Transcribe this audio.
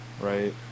Right